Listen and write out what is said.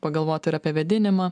pagalvot ir apie vėdinimą